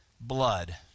blood